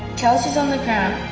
kelsey is on the ground.